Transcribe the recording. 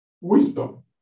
wisdom